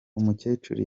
umukecuru